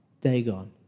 Dagon